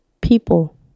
people